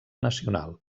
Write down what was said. nacional